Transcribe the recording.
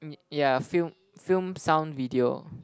yeah film film sound video